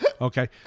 Okay